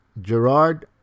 Gerard